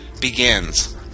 begins